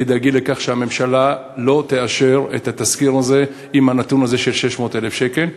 תדאגו לכך שהממשלה לא תאשר את התזכיר הזה עם הנתון הזה של 600,000 שקל,